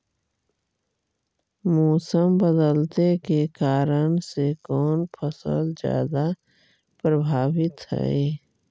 मोसम बदलते के कारन से कोन फसल ज्यादा प्रभाबीत हय?